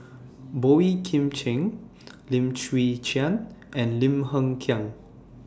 Boey Kim Cheng Lim Chwee Chian and Lim Hng Kiang